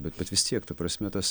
bet bet vis tiek ta prasme tas